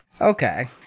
Okay